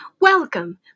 Welcome